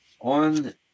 On